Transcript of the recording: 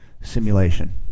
simulation